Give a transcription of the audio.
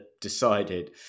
decided